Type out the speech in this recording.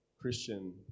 Christian